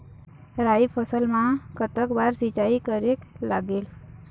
राई फसल मा कतक बार सिचाई करेक लागेल?